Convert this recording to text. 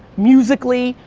musically,